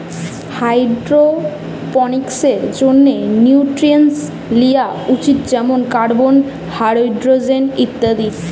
হাইড্রোপনিক্সের জন্যে নিউট্রিয়েন্টস লিয়া উচিত যেমন কার্বন, হাইড্রোজেন ইত্যাদি